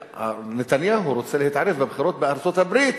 נתניהו רוצה להתערב בבחירות בארצות-הברית